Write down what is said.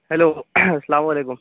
hello السّلام علیکم